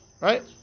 Right